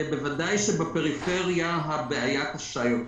ובוודאי בפריפריה הבעיה קשה יותר.